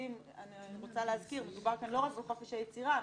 אני רוצה להזכיר שמדובר כאן לא רק בחופש היצירה.